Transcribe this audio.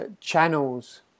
channels